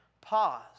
pause